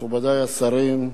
מכובדי השרים,